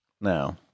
No